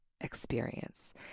experience